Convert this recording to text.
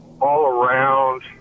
all-around